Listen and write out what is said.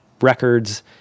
records